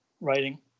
writing